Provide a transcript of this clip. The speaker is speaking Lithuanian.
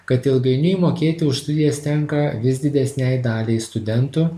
kad ilgainiui mokėti už studijas tenka vis didesnei daliai studentų